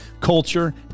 culture